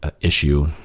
issue